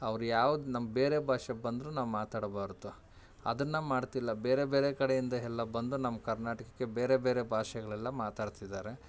ಅವ್ರು ಯಾವ್ದು ನಮ್ಮ ಬೇರೆ ಭಾಷೆ ಬಂದರೂ ನಾವು ಮಾತಾಡ್ಬಾರ್ದು ಅದನ್ನು ಮಾಡ್ತಿಲ್ಲ ಬೇರೆ ಬೇರೆ ಕಡೆಯಿಂದ ಎಲ್ಲ ಬಂದು ನಮ್ಮ ಕರ್ನಾಟಕಕ್ಕೆ ಬೇರೆ ಬೇರೆ ಭಾಷೆಗಳೆಲ್ಲ ಮಾತಾಡ್ತಿದ್ದಾರೆ